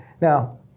Now